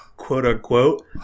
quote-unquote